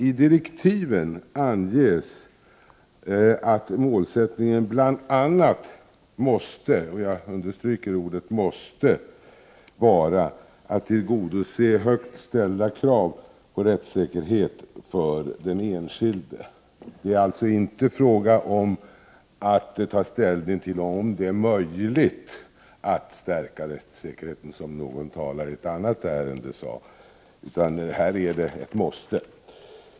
I direktiven för kommittén anges att målsättningen bl.a. måste — och jag understryker ordet måste — vara att tillgodose högt ställda krav på rättssäker het för den enskilde. Det är alltså inte fråga om att ta ställning till om det är möjligt att stärka rättssäkerheten, som någon talare i ett annat ärende sade, utan det är ett måste.